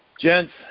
Gents